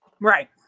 Right